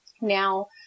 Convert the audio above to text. Now